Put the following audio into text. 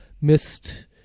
missed